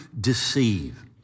deceive